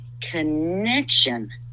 connection